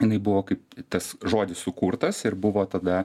jinai buvo kaip tas žodis sukurtas ir buvo tada